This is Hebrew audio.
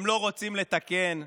הם לא רוצים לתקן,